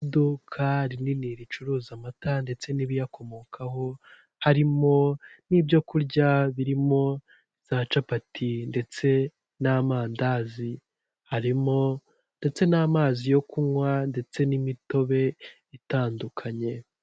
Iduka rinini ricuruza amata ndetse n'ibiyakomokaho, harimo n'ibyokurya birimo za capati ndetse n'amandazi harimo ndetse n'amazi yo kunywa ndetse n'imitobe itandukanye.